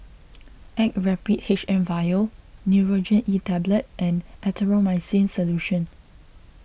Actrapid H M vial Nurogen E Tablet and Erythroymycin Solution